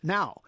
Now